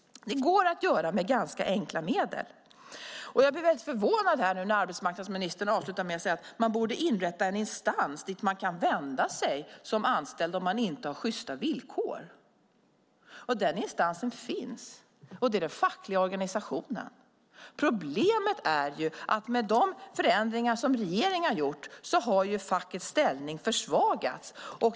Detta går att göra med ganska enkla medel. Jag blir väldigt förvånad när arbetsmarknadsministern avslutar med att säga att det borde inrättas en instans dit man kan vända sig som anställd om man inte har sjysta villkor. Den instansen finns, och det är den fackliga organisationen. Problemet är att med de förändringar som regeringen har gjort har fackets ställning försvagats.